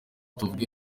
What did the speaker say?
tuvuge